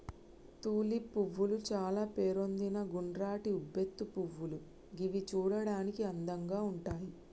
tulip పువ్వులు చాల పేరొందిన గుండ్రటి ఉబ్బెత్తు పువ్వులు గివి చూడడానికి అందంగా ఉంటయ్